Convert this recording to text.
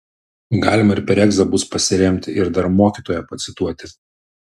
galima ir per egzą bus pasiremti ir dar mokytoją pacituoti